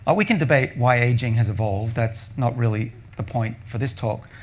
ah we can debate why aging has evolved. that's not really the point for this talk.